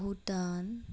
Bhutan